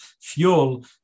fuel